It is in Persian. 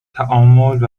تعامل